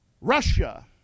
Russia